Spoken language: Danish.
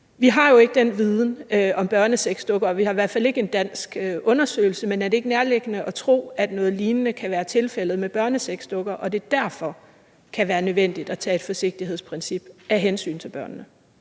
Vi har jo ikke den viden om børnesexdukker, og vi har i hvert fald ikke en dansk undersøgelse, men er det ikke nærliggende at tro, at noget lignende kan være tilfældet med børnesexdukker, og at det derfor kan være nødvendigt at anvende et forsigtighedsprincip af hensyn til børnene?